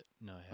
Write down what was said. No